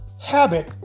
habit